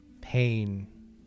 pain